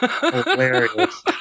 hilarious